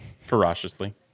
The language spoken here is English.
Ferociously